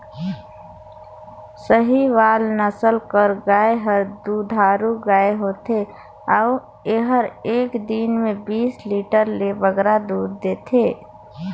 साहीवाल नसल कर गाय हर दुधारू गाय होथे अउ एहर एक दिन में बीस लीटर ले बगरा दूद देथे